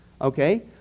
Okay